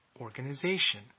organization